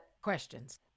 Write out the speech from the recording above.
questions